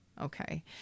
Okay